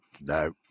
no